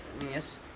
yes